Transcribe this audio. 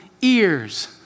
ears